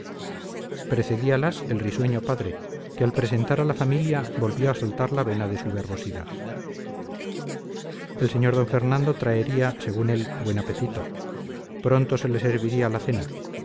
ojos precedíalas el risueño padre que al presentar a la familia volvió a soltar la vena de su verbosidad el sr d fernando traería según él buen apetito pronto se le serviría la cena